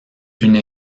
une